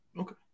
Okay